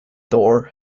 thor